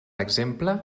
exemple